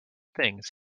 things